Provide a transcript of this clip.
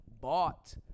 bought